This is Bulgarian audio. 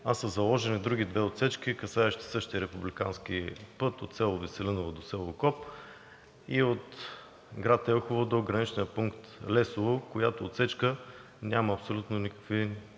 а са заложени други две отсечки, касаещи същия републикански път – от село Веселиново до село Окоп, и от град Елхово до граничния пункт Лесово, която отсечка няма абсолютно никакви